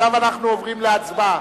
אנחנו עוברים להצבעה.